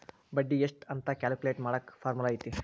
ಬಡ್ಡಿ ಎಷ್ಟ್ ಅಂತ ಕ್ಯಾಲ್ಕುಲೆಟ್ ಮಾಡಾಕ ಫಾರ್ಮುಲಾ ಐತಿ